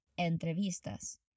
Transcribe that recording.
entrevistas